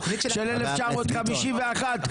של 1951,